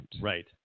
right